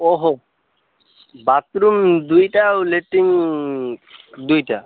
ଓହୋ ବାଥରୁମ୍ ଦୁଇଟା ଆଉ ଲାଟ୍ରିନ୍ ଦୁଇଟା